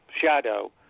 shadow